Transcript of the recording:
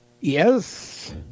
Yes